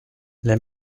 les